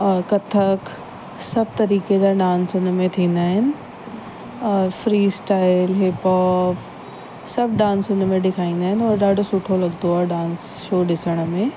और कथक सभु तरीक़े जा डांस हुन में थींदा आहिनि और फ्री स्टाइल हिपहॉप सभु डांस हुन में ॾेखारींदा आहिनि और ॾाढो सुठो लॻंदो आहे डांस शो ॾिसण में